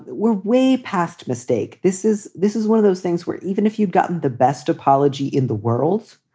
we're way past mistake. this is this is one of those things where even if you'd gotten the best apology in the world,